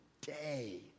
day